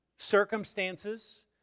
circumstances